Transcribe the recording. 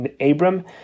Abram